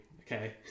okay